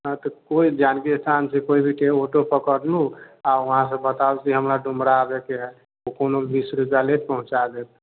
हँ त कोइ जानकीस्थानसे कोइ भी आँटो पकड़लूह आ वहाँसे बताउ कि हमरा डुमरा आबयके है ओ कोनो बीस रुपआ लेत पहुँचा देत